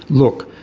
look,